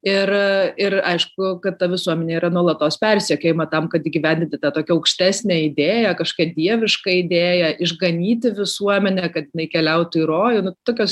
ir ir aišku kad ta visuomenė yra nuolatos persekiojama tam kad įgyvendinti tą tokią aukštesnę idėją kažkokią dievišką idėją išganyti visuomenę kad jinai keliautų į rojų nu tokios